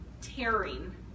tearing